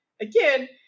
again